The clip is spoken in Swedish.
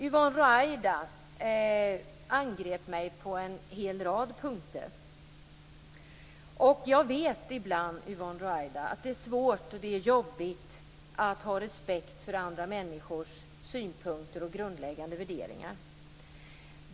Yvonne Ruwaida angrep mig på en rad punkter. Jag vet att det ibland är svårt och jobbigt att ha respekt för andra människors synpunkter och grundläggande värderingar.